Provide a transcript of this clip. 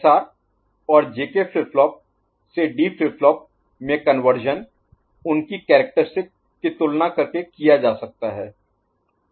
SR और JK flip flop से D flip flop में कन्वर्शन उनकी कैरेक्टरिस्टिक की तुलना करके किया जा सकता है